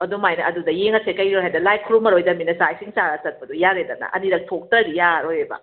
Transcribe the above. ꯑꯗꯨꯃꯥꯏꯅ ꯑꯗꯨꯗ ꯌꯦꯡꯉꯁꯦ ꯀꯩꯅꯣ ꯍꯥꯏꯗ ꯂꯥꯏ ꯈꯨꯔꯨꯝꯃꯔꯣꯏꯗꯝꯅꯤꯅ ꯆꯥꯛ ꯏꯁꯤꯡ ꯆꯥꯔ ꯆꯠꯄꯗꯣ ꯌꯥꯔꯦꯗꯅ ꯑꯅꯤꯔꯛ ꯊꯣꯛꯇꯗꯤ ꯌꯥꯔꯔꯣꯏꯑꯕ